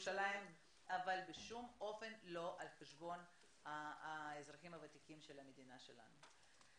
אבל בשום אופן לא על חשבון האזרחים הוותיקים של המדינה שלנו.